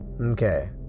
Okay